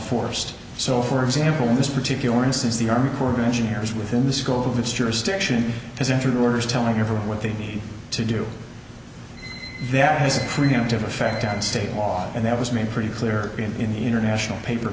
forced so for example in this particular instance the army corps of engineers within the scope of its jurisdiction has intruders telling you what they need to do that has a preemptive effect on state law and that was made pretty clear in the international paper